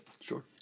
Sure